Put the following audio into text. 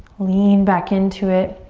lean back into it.